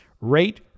rate